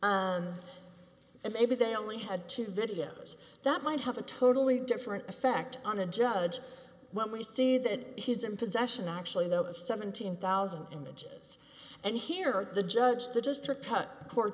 eight and maybe they only had two videos that might have a totally different effect on a judge when we see that he's in possession actually though of seventeen thousand images and here the judge the district c